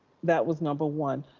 that was number one.